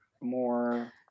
more